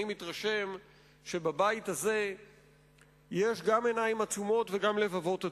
אני מתרשם שבבית הזה יש גם עיניים עצומות וגם לבבות אטומים.